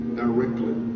directly